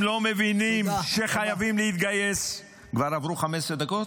עתיד): כבר עברו 15 דקות?